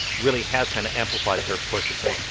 really has kind of amplified their push of saying,